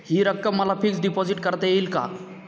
हि रक्कम मला फिक्स डिपॉझिट करता येईल का?